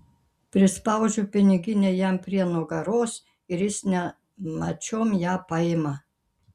prispaudžiu piniginę jam prie nugaros ir jis nemačiom ją paima